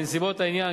בנסיבות העניין,